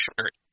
shirt